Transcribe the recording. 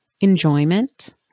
enjoyment